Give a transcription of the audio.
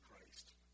Christ